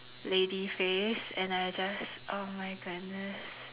lady face and I just oh my goodness